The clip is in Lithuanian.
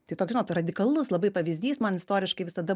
tai toks žinot radikalus labai pavyzdys man istoriškai visada